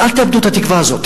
אל תאבדו את התקווה הזאת.